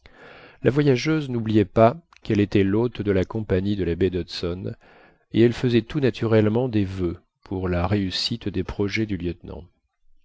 la voyageuse n'oubliait pas qu'elle était l'hôte de la compagnie de la baie d'hudson et elle faisait tout naturellement des voeux pour la réussite des projets du lieutenant